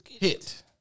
Hit